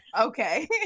Okay